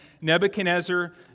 Nebuchadnezzar